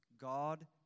God